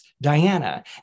Diana